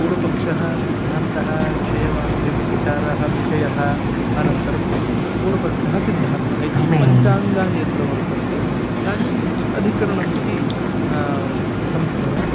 पूर्वपक्षः सिद्धान्तः विषयवाक्यं विचारः विषयः अनन्तरं पूर्वपक्षः सिद्धान्तः इति पञ्चाङ्गानि यत्र वर्तन्ते तानि अधिकरणम् इति संज्ञया